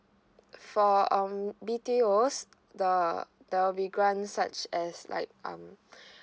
for um B_T_O's the there'll be grant such as like um